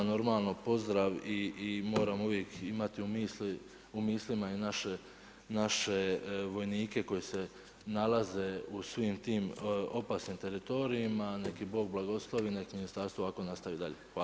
Normalno pozdrav i moramo uvijek imati u mislima i naše vojnike koji se nalaze u svim tim opasnim teritorijima, nek' ih Bog blagoslovi, nek' ministarstvo ovako nastavi dalje.